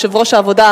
יושב-ראש ועדת העבודה,